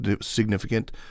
significant